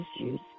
issues